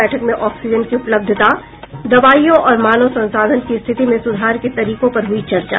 बैठक में ऑक्सीजन की उपलब्धता दवाईयों और मानव संसाधन की स्थिति में सुधार के तरीकों पर हुई चर्चा